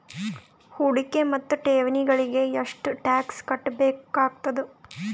ಹೂಡಿಕೆ ಮತ್ತು ಠೇವಣಿಗಳಿಗ ಎಷ್ಟ ಟಾಕ್ಸ್ ಕಟ್ಟಬೇಕಾಗತದ?